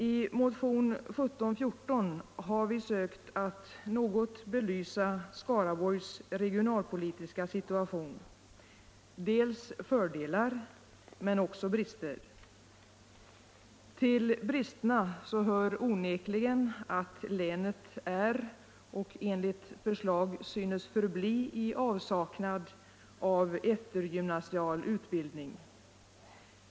I motion 1714 har vi sökt att något belysa Skaraborgs regionalpolitiska situation, dels fördelar, men dels också brister. Till bristerna hör onekligen att länet är och enligt förslag synes förbli i avsaknad av eftergymnasial utbildning.